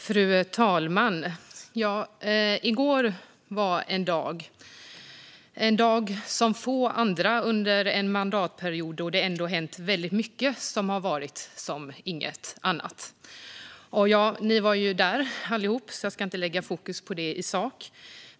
Fru talman! I går var en dag som få andra under denna mandatperiod då det ändå har hänt väldigt mycket. Ni var alla där, och jag ska därför inte lägga fokus på det i sak.